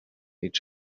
each